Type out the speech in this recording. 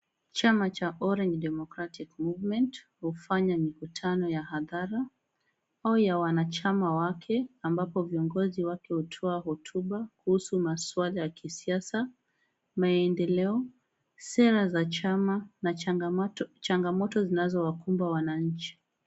Chama cha Orange Democratic Movement hufanya mikutano ya hadhara au ya wanachama wake ambapo viongozi wake hutoa hotuba kuhusu maswala ya kisiasa, maendeleo, sera za chama na changamoto zinazo wa kumba wananchi.